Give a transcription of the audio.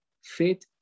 faith